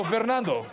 Fernando